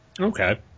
Okay